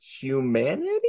humanity